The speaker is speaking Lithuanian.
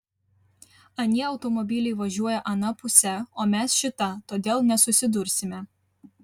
anie automobiliai važiuoja ana puse o mes šita todėl nesusidursime